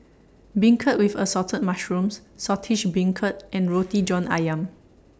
Beancurd with Assorted Mushrooms Saltish Beancurd and Roti John Ayam